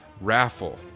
raffle